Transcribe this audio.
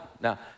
Now